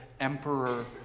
emperor